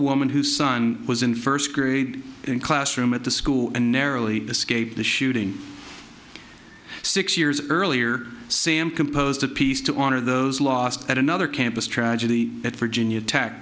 woman whose son was in first grade classroom at the school and narrowly escaped the shooting six years earlier sam composed a piece to honor those lost at another campus tragedy at virginia tech